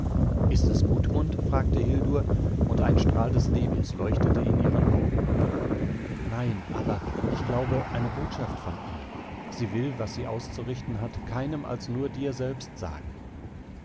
ist es gudmund fragte hildur und ein strahl des lebens leuchtete in ihren augen auf nein aber ich glaube eine botschaft von ihm sie will was sie auszurichten hat keinem als nur dir selbst sagen